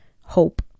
hope